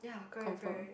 confirm